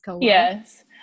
Yes